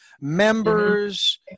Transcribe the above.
members